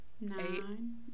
Nine